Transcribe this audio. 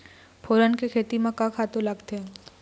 फोरन के खेती म का का खातू लागथे?